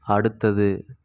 அடுத்தது